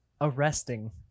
arresting